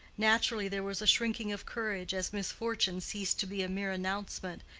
naturally, there was a shrinking of courage as misfortune ceased to be a mere announcement,